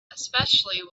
especially